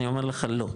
אני אומר לך לא,